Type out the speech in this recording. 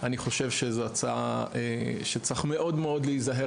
אני חושב שזו הצעה שצריך מאוד-מאוד להיזהר